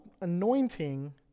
anointing